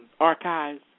archives